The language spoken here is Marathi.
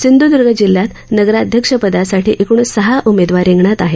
सिंधूदुर्ग जिल्ह्यात नगराध्यक्षपदासाठी एकूण सहा उमेदवार रिंगणात आहेत